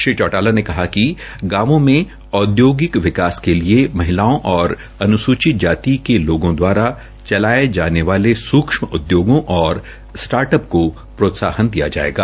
श्री चौटाला ने कहा कि गांवों में औद्योगिक विकास के लिए महिलाओं और अन्सूचित जाति के लोगों दवारा चलाये जाने वाले स्क्षम उद्योगों और स्टार्टअप को प्रोत्साहन दिया जायेगा